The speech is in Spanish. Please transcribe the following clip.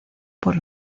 por